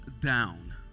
down